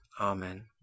Amen